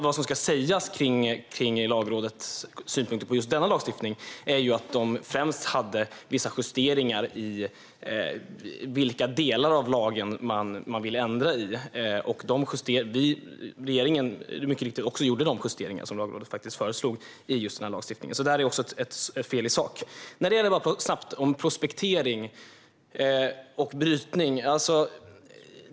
Vad som ska sägas kring Lagrådets synpunkter på just denna lagstiftning är att de främst hade vissa justeringar när det gäller de delar av lagen man ville ändra i. Regeringen gjorde också de justeringar i lagstiftningen som Lagrådet föreslog. Det är alltså fel i sak. Jag ska säga något snabbt om prospektering och brytning.